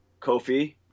Kofi